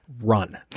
run